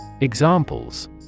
examples